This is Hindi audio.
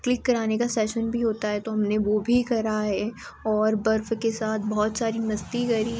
क्लिक कराने का सेशन भी होता है तो हमने वह भी कराए और बर्फ़ के साथ बहुत सारी मस्ती करी